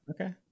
Okay